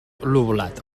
lobulat